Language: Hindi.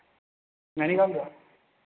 नैनीताल का